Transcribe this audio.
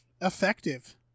effective